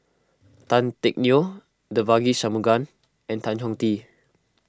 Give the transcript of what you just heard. Tan Teck Neo Devagi Sanmugam and Tan Chong Tee